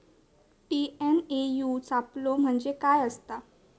TNAU सापलो म्हणजे काय असतां?